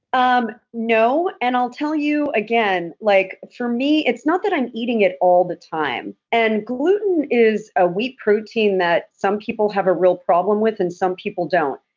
um no, and i'll tell you again. like for me, it's not that i'm eating it all the time. and gluten is a wheat protein that some people have a real problem with, and some people don't.